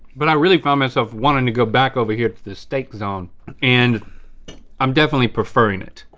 but i really found myself wanting to go back over here to the steak zone and i'm definitely preferring it.